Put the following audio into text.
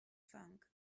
funk